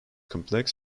complex